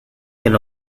can